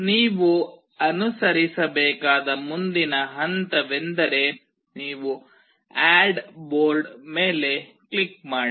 ನೀವು ಅನುಸರಿಸಬೇಕಾದ ಮುಂದಿನ ಹಂತವೆಂದರೆ ನೀವು ಆಡ್ ಬೋರ್ಡ್ ಮೇಲೆ ಕ್ಲಿಕ್ ಮಾಡಿ